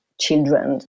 children